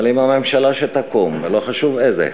אבל אם הממשלה שתקום, ולא חשוב איזה,